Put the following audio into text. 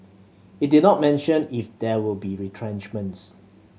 it did not mention if there will be retrenchments